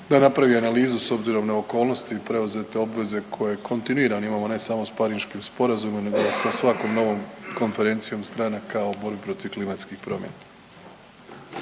da napravi analizu s obzirom na okolnosti, preuzete obveze koje kontinuirano imamo ne samo sa Pariškim sporazumom, nego sa svakom novom Konferencijom stranaka u borbi protiv klimatskih promjena.